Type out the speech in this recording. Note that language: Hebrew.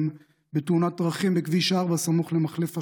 בתאונת דרכים בכביש 4 סמוך למחלף השבעה.